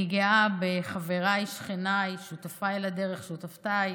אני גאה בחבריי, שכניי, שותפיי לדרך, שותפותיי,